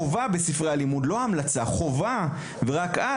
חובה בספרי הלימוד חובה; לא המלצה ורק אז,